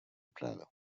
prado